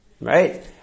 right